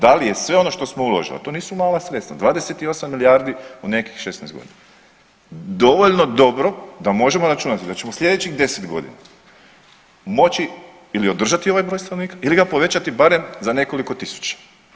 Da li je sve ono što smo uložili, a to nisu mala sredstva, 28 milijardi u nekih 16 godina, dovoljno dobro da možemo računati da ćemo u slijedećih 10 godina moći ili održati ovaj broj stanovnika ili ga povećati barem za nekoliko tisuća.